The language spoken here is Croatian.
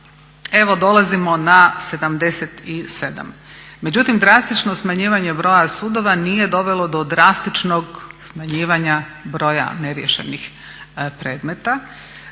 evo dolazimo na 77. Međutim, drastično smanjivanje broja sudova nije dovelo do drastičnog smanjivanja broja neriješenih predmeta.